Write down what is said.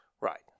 Right